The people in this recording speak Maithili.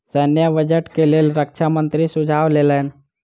सैन्य बजट के लेल रक्षा मंत्री सुझाव लेलैन